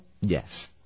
Yes